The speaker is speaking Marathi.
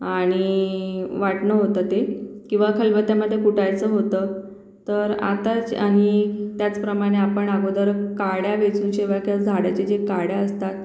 आणि वाटणं होतं ते किंवा खलबत्त्यामध्ये कुटायचं होतं तर आत्ताच आणि त्याचप्रमाणे आपण अगोदर काड्या वेचू जेव्हा त्या झाडाचे जे काड्या असतात